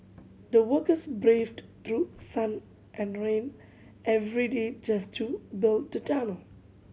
the workers braved through sun and rain every day just to build the tunnel